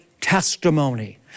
testimony